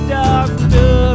doctor